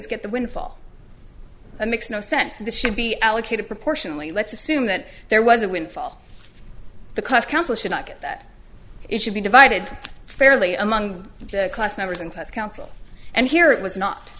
s get the windfall that makes no sense that should be allocated proportionally let's assume that there was a windfall the cost council should not get that it should be divided fairly among the class members and class council and here it was not